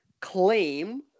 claim